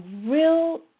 real